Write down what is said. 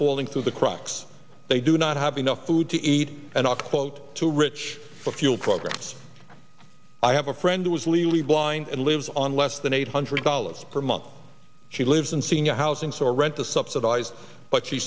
falling through the cracks they do not have enough food to eat and i'll quote too rich for fuel programs i have a friend who is legally blind and lives on less than eight hundred dollars per month she lives in senior housing so rent a subsidized but she